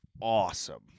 awesome